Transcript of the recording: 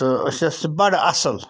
تہٕ أسۍ ٲسۍ سُہ بَڑٕ اَصٕل